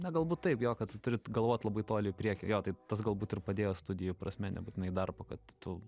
na galbūt taip jo kad tu turi galvot labai toli į priekį jo tai tas galbūt ir padėjo studijų prasme nebūtinai darbo kad tu